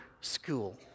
school